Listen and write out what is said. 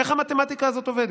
איך המתמטיקה הזאת עובדת?